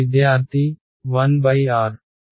విద్యార్థి 1 R